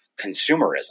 consumerism